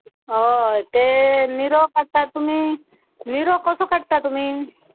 हय ते निरो काडटा तुमी निरो कसो काडटा तुमी